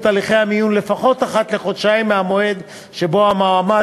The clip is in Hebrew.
הליכי המיון לפחות אחת לחודשיים מהמועד שבו המועמד